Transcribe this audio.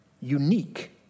unique